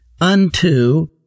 unto